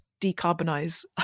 decarbonize